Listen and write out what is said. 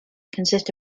consist